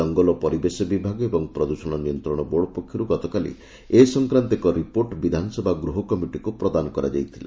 ଜଙ୍ଗଲ ଓ ପରିବେଶ ବିଭାଗ ଏବଂ ପ୍ରଦୃଷଣ ନିୟନ୍ତଣ ବୋର୍ଡ ପକ୍ଷରୁ ଗତକାଲି ଏ ସଂକ୍ରାନ୍ତ ଏକ ରିପୋର୍ଟ ବିଧାନସଭା ଗୃହ କମିଟିକୁ ପ୍ରଦାନ କରାଯାଇଥିଲା